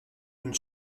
une